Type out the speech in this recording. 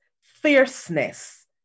fierceness